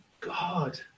God